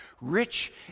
rich